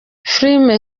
filime